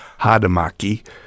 Hadamaki